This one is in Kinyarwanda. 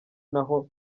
naho